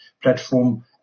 platform